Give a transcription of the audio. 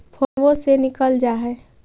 फोनवो से निकल जा है?